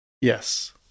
Yes